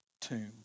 tomb